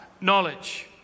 Knowledge